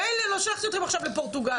מילא לא שלחתי אותכם עכשיו לפורטוגל,